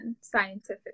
scientifically